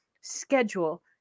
schedule